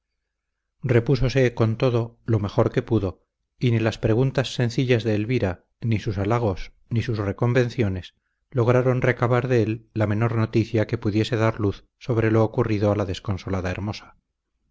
conducta repúsose con todo lo mejor que pudo y ni las preguntas sencillas de elvira ni sus halagos ni sus reconvenciones lograron recabar de él la menor noticia que pudiese dar luz sobre lo ocurrido a la desconsolada hermosa